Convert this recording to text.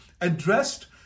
addressed